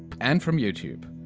and from youtube!